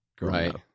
right